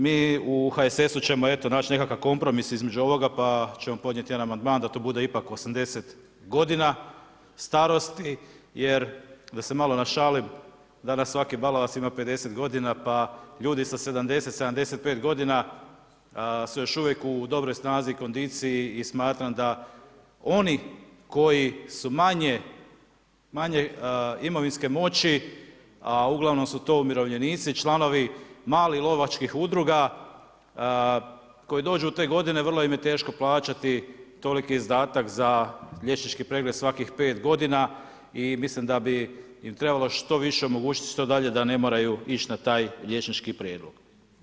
Mi u HSS-u ćemo eto naći neki kompromis između ovoga, pa ćemo podnijeti jedan amandman da to bude ipak 80 godina starosti, jer da se malo našalim, danas svaki balavac ima 50 godina pa ljudi sa 70, 75 godina su još uvijek u dobroj snazi, kondiciji i smatram da oni koji su manje imovinske moći a uglavnom su to umirovljenici članovi malih lovačkih udruga koji dođu u te godine vrlo im je teško plaćati toliki izdatak za liječnički pregled svakih 5 godina i mislim da bi im trebalo što više omogućiti što dalje da ne moraju ići na taj liječnički pregled.